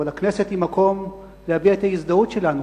אבל הכנסת היא מקום להביע את ההזדהות שלנו.